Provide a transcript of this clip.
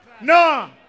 no